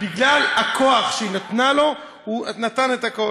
בגלל הכוח שהיא נתנה לו, הוא נתן את הכול.